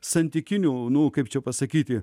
santykinių nu kaip čia pasakyti